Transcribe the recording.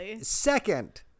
second